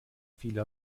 viele